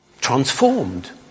transformed